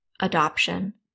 adoption